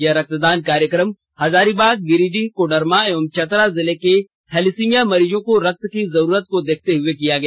यह रक्तदान कार्यक्रम हजारीबाग गिरिडीह कोडरमा एवं चतरा जिला के थैलेसीमिया मरीजों को रक्त की जरूरत को देखते हुए किया गया